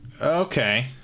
Okay